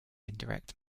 indirect